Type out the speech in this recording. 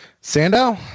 sandow